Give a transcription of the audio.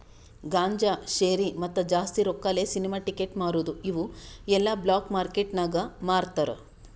ಗಾಂಜಾ, ಶೇರಿ, ಮತ್ತ ಜಾಸ್ತಿ ರೊಕ್ಕಾಲೆ ಸಿನಿಮಾ ಟಿಕೆಟ್ ಮಾರದು ಇವು ಎಲ್ಲಾ ಬ್ಲ್ಯಾಕ್ ಮಾರ್ಕೇಟ್ ನಾಗ್ ಮಾರ್ತಾರ್